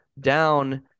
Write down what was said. down